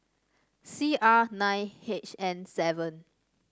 C R nine H N seven